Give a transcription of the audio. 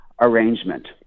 arrangement